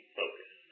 focus